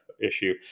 issue